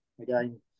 again